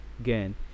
again